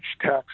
tax